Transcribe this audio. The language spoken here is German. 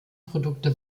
produkte